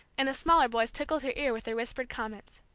and the smaller boys tickled her ear with their whispered comments.